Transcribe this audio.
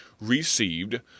received